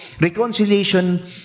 reconciliation